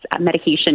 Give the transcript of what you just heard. medication